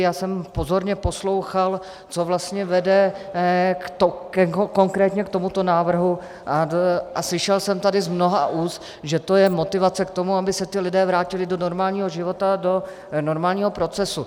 Já jsem pozorně poslouchal, co vlastně vede konkrétně k tomuto návrhu, a slyšel jsem tady z mnoha úst, že to je motivace k tomu, aby se ti lidé vrátili do normálního života, do normálního procesu.